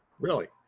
really,